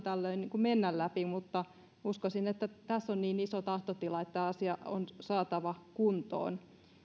tällöin mennä läpi mutta uskoisin että tässä on niin iso tahtotila että tämä asia on saatava kuntoon